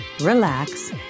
relax